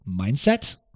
mindset